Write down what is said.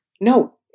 No